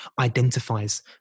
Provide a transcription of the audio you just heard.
identifies